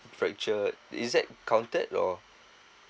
fractured is that counted or